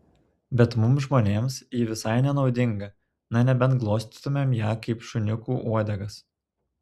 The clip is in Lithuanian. bet mums žmonėms ji visai nenaudinga na nebent glostytumėm ją kaip šuniukų uodegas